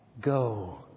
Go